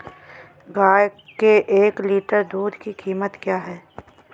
गाय के एक लीटर दूध की कीमत क्या है?